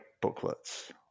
booklets